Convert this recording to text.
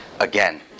Again